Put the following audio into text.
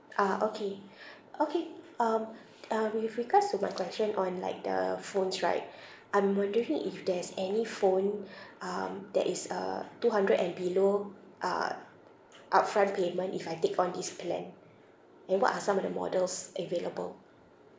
ah okay okay um uh with regards to my question on like the phones right I'm wondering if there's any phone um that is uh two hundred and below uh upfront payment if I take on this plan and what are some of the models available